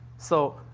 so,